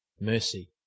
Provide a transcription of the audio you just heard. mercy